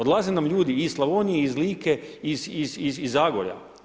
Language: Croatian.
Odlaze nam ljudi, iz Slavonije, iz Like i iz Zagorja.